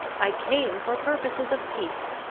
i came for purposes of peace.